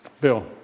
Bill